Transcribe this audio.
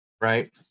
right